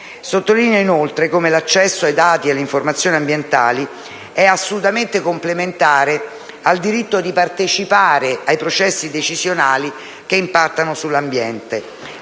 Sottolineo, inoltre, come l'accesso ai dati e alle informazioni ambientali è assolutamente complementare al diritto di partecipare ai processi decisionali che impattano sull'ambiente.